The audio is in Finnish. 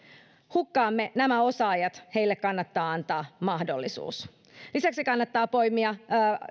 hukkaamme nämä osaajat heille kannattaa antaa mahdollisuus lisäksi kannattaa poimia